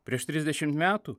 prieš trisdešimt metų